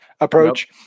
approach